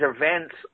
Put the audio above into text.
events